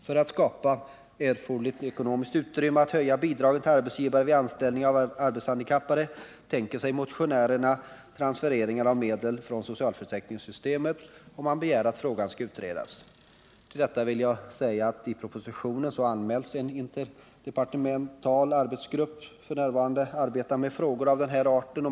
För att skapa erforderligt ekonomiskt utrymme att höja bidragen till arbetsgivare vid anställning av arbetshandikappade tänker sig motionärerna transfereringar av medel från socialförsäkringssystemet, och man begär att frågan skall utredas. Med anledning av det vill jag säga att i propositionen anmäls att en interdepartemental arbetsgrupp f. n. arbetar med frågor av den här arten.